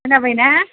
खोनाबाय ना